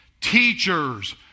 teachers